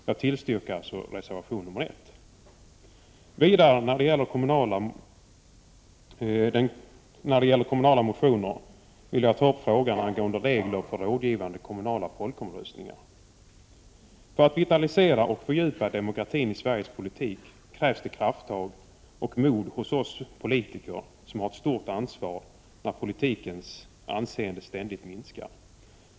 Jag yrkar bifall till reservation 1. Jag vill också ta upp frågan angående regler för rådgivande kommunala folkomröstningar. För att vitalisera och fördjupa demokratin i Sveriges politik krävs krafttag och mod hos oss politiker. Vi har ett stort ansvar när politikens anseende ständigt minskar.